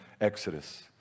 exodus